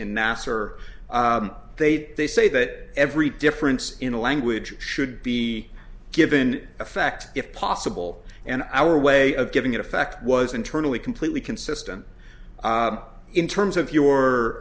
in nasser they they say that every difference in a language should be given effect if possible and our way of giving in effect was internally completely consistent in terms of your